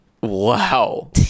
Wow